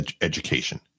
education